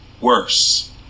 worse